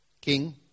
king